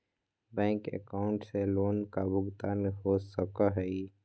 Bank account से loan का भुगतान हो सको हई?